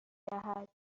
دهد